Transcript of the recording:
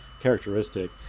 characteristic